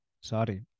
Sorry